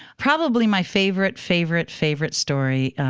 probably my favorite, favorite, favorite story